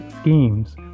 schemes